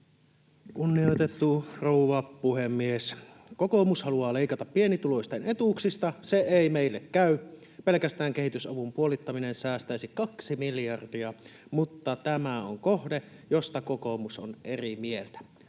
Kunnioitettu rouva puhemies! ”Kokoomus haluaa leikata pienituloisten etuuksista. Se ei meille käy. Pelkästään kehitysavun puolittaminen säästäisi kaksi miljardia, mutta tämä on kohde, josta kokoomus on eri mieltä.”